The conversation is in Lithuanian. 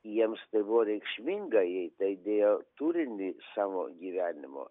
jiems tai buvo reikšmingą jie į tai dėjo turinį savo gyvenimo